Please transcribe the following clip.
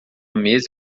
mesa